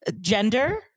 Gender